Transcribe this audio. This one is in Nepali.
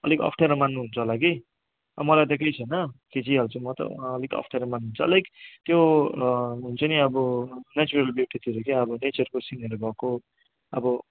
अलिक अप्ठ्यारो मान्नुहुन्छ होला कि अब मलाई त केही छैन खिचिहाल्छु म त उहाँ अलिक अप्ठ्यारो मान्नु अलिक त्यो हुन्छ नि अब नेचरल ब्युटीतिर क्या अब नेचरको सिनहरू भएको अब